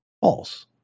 false